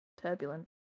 Turbulent